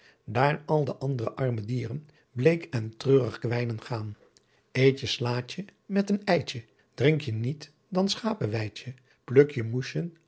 daer al de andere arme dieren bleek en treurigh quijnen gaen eetje slaetje met een eitje drinkje niet dan schapeweitje plukje moesjen